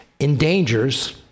endangers